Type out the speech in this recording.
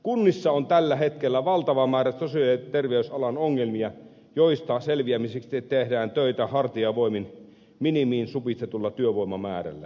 kunnissa on tällä hetkellä valtava määrä sosiaali ja terveysalan ongelmia joista selviämiseksi tehdään töitä hartiavoimin minimiin supistetulla työvoimamäärällä